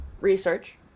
research